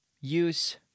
use